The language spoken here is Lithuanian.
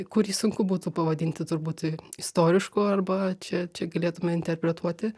kurį sunku būtų pavadinti turbūt istorišku arba čia čia galėtume interpretuoti